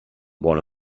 one